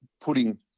putting